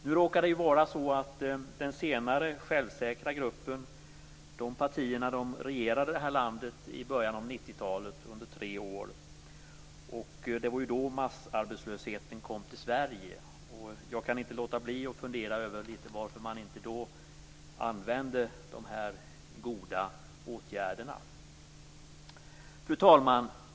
Nu råkar det ju vara så att partierna i den senare, självsäkra gruppen regerade det här landet under tre år i början av 90-talet, och det var då massarbetslösheten kom till Sverige. Jag kan inte låta bli att fundera över varför man inte då använde de här goda åtgärderna. Fru talman!